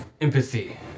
empathy